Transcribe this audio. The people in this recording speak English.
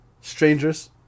strangers